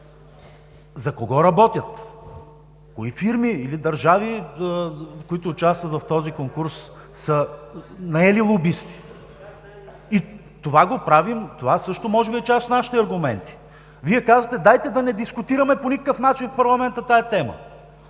За кого работят? Кои фирми или държави, които участват в този конкурс, са наели лобисти? Това също може би е част от нашите аргументи. Вие казвате: „Дайте да не дискутираме по никакъв начин в парламента тази тема,